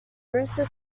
brewster